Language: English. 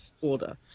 order